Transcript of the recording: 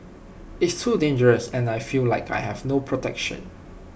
it's too dangerous and I feel like I have no protection